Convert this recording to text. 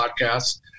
podcasts